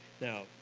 Now